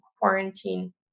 quarantine